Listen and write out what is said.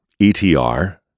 ETR